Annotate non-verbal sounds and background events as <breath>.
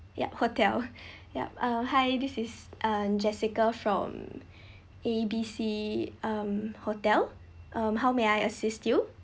ya hotel <breath> yup uh hi this is um jessica from <breath> A B C um hotel um how may I assist you